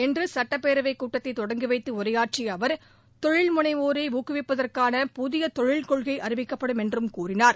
இன்று சுட்டப்பேரவைக் கூட்டத்தை தொடங்கி வைத்து உரையாற்றிய அவர் தொழில் முனைவோரை ஊக்குவிப்பதற்கான புதிய தொழில்கொள்கை அறிவிக்கப்படும் என்றும் கூறினார்